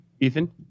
ethan